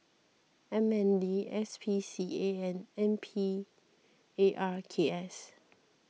M N D S P C A and N P A R K S